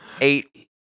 eight